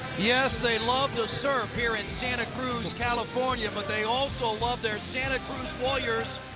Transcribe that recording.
yes, they love to surf here in santa cruz, california. but they also love their santa cruz warriors,